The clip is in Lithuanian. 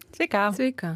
sveika sveika